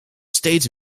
steeds